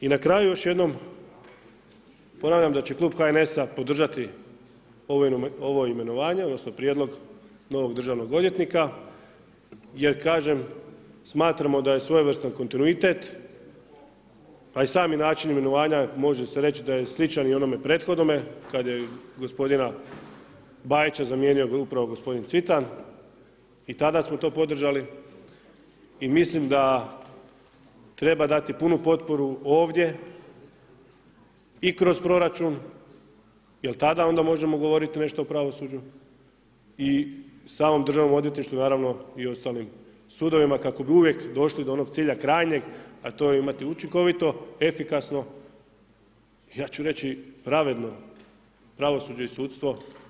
I na kraju, još jednom ponavljam da će klub HNS-a podržati ovo imenovanje, odnosno prijedlog novog državnog odvjetnika jer kažem, smatramo da je svojevrstan kontinuitet, pa i sami način imenovanja, može se reći da je sličan i onome prethodnome kada je gospodina Bajića zamijenio upravo gospodin Cvitan i tada smo to podržali i mislim da treba dati punu potporu ovdje i kroz proračun jer tada onda možemo govoriti nešto o pravosuđu i samom državnom odvjetništvu, naravno i ostalim sudovima kako bi uvijek došli do onog cilja krajnjeg, a to je imati učinkovito, efikasno, ja ću reći pravedno pravosuđe i sudstvo.